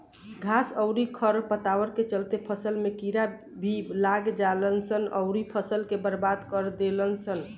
घास अउरी खर पतवार के चलते फसल में कीड़ा भी लाग जालसन अउरी फसल के बर्बाद कर देलसन